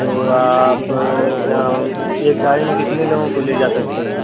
तो आप एक गाड़ी में कितने लोगों को ले जा सकते हैं